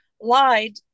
lied